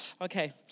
Okay